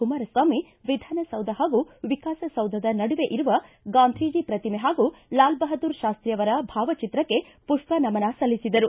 ಕುಮಾರಸ್ವಾಮಿ ವಿಧಾನಸೌಧ ಹಾಗೂ ವಿಕಾಸ ಸೌಧ ನಡುವೆ ಇರುವ ಗಾಂಧೀಜಿ ಪ್ರತಿಮೆ ಹಾಗೂ ಲಾಲ ಬಹದ್ದೂರ ಶಾಸ್ತಿ ಅವರ ಭಾವಚಿತ್ರಕ್ಕೆ ಮಷ್ಪ ನಮನ ಸಲ್ಲಿಸಿದರು